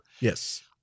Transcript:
Yes